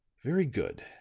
very good.